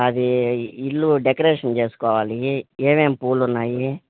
అది ఇల్లు డెకరేషన్ చేసుకోవాలి ఏమేమి పూలు ఉన్నాయి